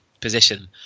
position